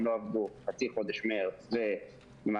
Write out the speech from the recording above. מאחר והם לא עבדו חצי חודש מרץ ובמהלך